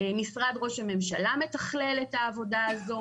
משרד ראש הממשלה מתכלל את העבודה הזו.